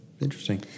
Interesting